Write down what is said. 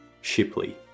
Shipley